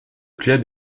club